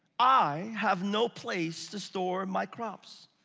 i have no place to store my crops.